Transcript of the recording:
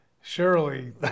surely